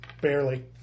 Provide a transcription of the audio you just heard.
Barely